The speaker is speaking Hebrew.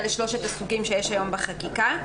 אלה שלושת הסוגים שיש היום בחקיקה.